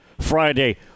Friday